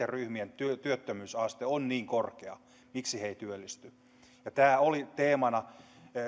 ryhmien työttömyysaste on niin korkea miksi he eivät työllisty tämä oli teemana